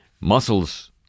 Muscles